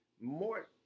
More